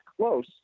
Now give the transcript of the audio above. close